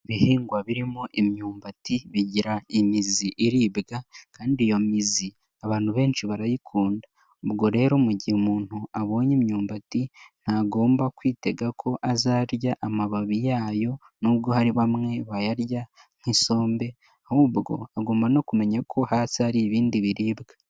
Ibihingwa birimo imyumbati bigira imizi iribwa kandi iyo mizi abantu benshi barayikunda, ubwo rero mu gihe umuntu abonye imyumbati ntagomba kwitega ko azarya amababi yayo nubwo hari bamwe bayarya nk'isombe, ahubwo agomba no kumenya ko hasi hari ibindi biribwa.